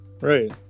Right